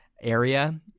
area